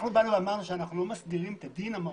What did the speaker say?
אנחנו אמרנו שאיננו מסדירים את הדין המהותי,